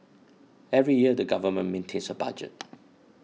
every year the government maintains a budget